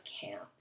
camp